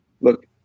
look